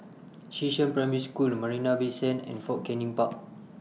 Xishan Primary School Marina Bay Sands and Fort Canning Park